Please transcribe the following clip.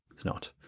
it's not.